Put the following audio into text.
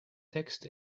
text